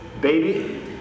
baby